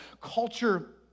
culture